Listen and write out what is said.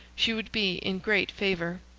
she would be in great favor.